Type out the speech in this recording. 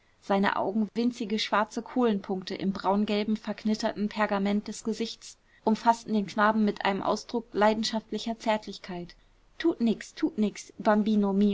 seine augen winzige schwarze kohlenpunkte im braungelben verknitterten pergament des gesichts umfaßten den knaben mit einem ausdruck leidenschaftlicher zärtlichkeit tut nix tut nix bambino